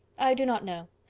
i do not know.